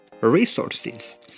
resources